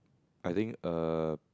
I think err